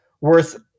worth